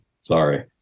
Sorry